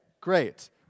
great